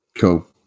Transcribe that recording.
Cool